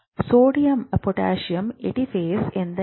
sodium potassium ATPase ಎಂದರೇನು